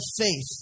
faith